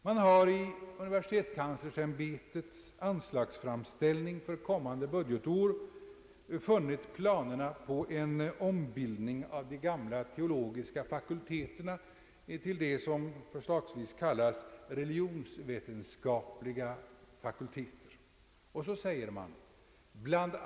Man har i universitetskanslersämbetets anslagsframställning för kommande budgetår funnit planerna på en ombildning av de gamla teologiska fakulteterna till s.k. religionsveternskapliga fakulteter. Och så säger man: »Bl.